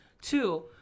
Two